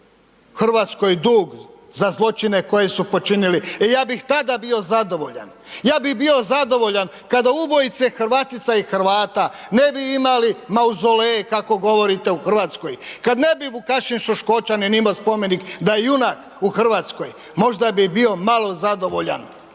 Hrvatskoj dug za zločine koje su počinili, e ja bih tada bio zadovoljan. Ja bi bio zadovoljan kada ubojice Hrvatica i Hrvata ne bi imali mauzoleje kako govorite u Hrvatskoj, kada ne bi Vukašin Šoškočanin imao spomenik da je junak u Hrvatskoj, možda bi bio malo zadovoljan.